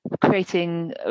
creating